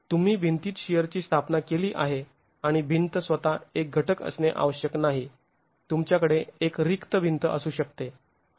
तुम्ही भिंतीत शिअरची स्थापना केली आहे आणि भिंत स्वतः एक घटक असणे आवश्यक नाही तुमच्याकडे एक रिक्त भिंत असू शकते